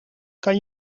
kan